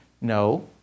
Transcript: no